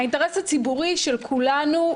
האינטרס הציבורי של כולנו,